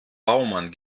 baumann